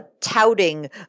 touting